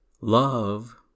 love